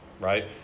right